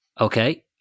Okay